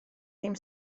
ddim